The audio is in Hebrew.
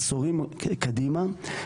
עשורים קדימה.